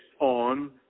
on